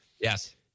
Yes